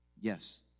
Yes